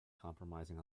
compromising